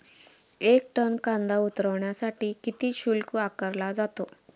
एक टन कांदा उतरवण्यासाठी किती शुल्क आकारला जातो?